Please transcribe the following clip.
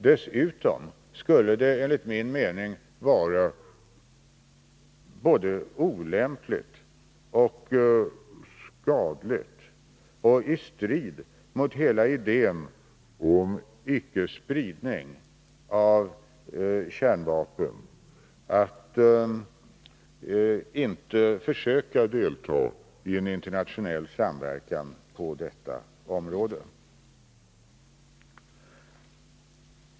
Dessutom skulle det enligt min mening vara både olämpligt och skadligt och stå i strid mot hela idén om icke-spridning av kärnvapen att inte försöka delta i en internationell samverkan på detta område.